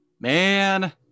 Man